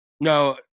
No